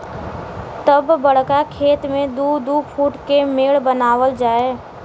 तब बड़का खेत मे दू दू फूट के मेड़ बनावल जाए